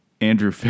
Andrew